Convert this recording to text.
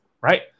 right